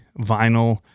vinyl